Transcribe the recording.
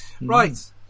Right